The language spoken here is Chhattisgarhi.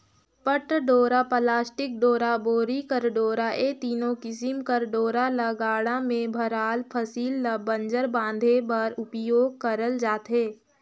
पट डोरा, पलास्टिक डोरा, बोरी कर डोरा ए तीनो किसिम कर डोरा ल गाड़ा मे भराल फसिल ल बंजर बांधे बर उपियोग करल जाथे